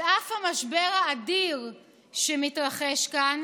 על אף המשבר האדיר שמתרחש כאן,